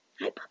Hi